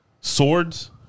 swords